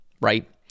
right